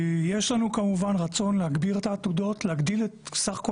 יש לנו כמובן רצון להגדיל את סך כל